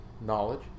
knowledge